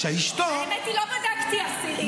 שאשתו --- האמת היא שלא בדקתי אסירים.